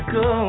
go